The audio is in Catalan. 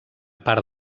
part